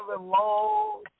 Long